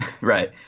Right